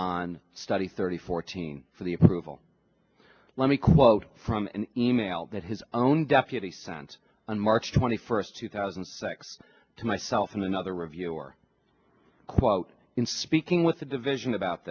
on study thirty fourteen for the approval let me quote from an e mail that his own deputy sent on march twenty first two thousand and six to myself and another review or quote in speaking with the division about